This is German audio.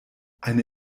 eine